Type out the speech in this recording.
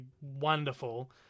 wonderful